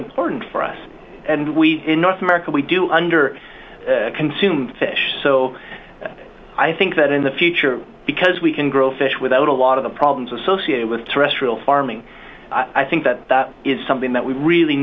important for us and we in north america we do under consume fish so i think that in the future because we can grow fish without a lot of the problems associated with terrestrial farming i think that that is something that we really